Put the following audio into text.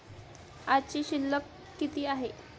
आजची शिल्लक किती आहे?